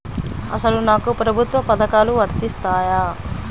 అసలు నాకు ప్రభుత్వ పథకాలు వర్తిస్తాయా?